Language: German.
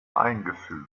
eingefügt